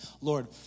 Lord